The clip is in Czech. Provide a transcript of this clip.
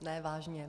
Ne, vážně.